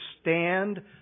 stand